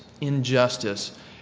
Injustice